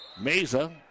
Mesa